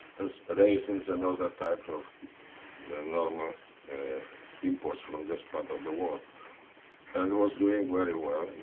raisins and other types of normal imports from this part of the world and was doing very well.